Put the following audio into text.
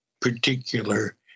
particular